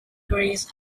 grace